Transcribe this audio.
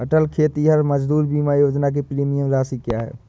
अटल खेतिहर मजदूर बीमा योजना की प्रीमियम राशि क्या है?